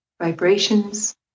vibrations